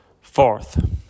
Fourth